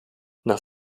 nach